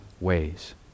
ways